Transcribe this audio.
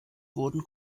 wurden